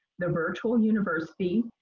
the virtual university,